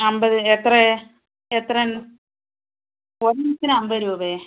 അമ്പത് എത്രയാ എത്ര എണ്ണം ഒര് എണ്ണത്തിന് അമ്പത് രൂപേ